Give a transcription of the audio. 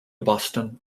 boston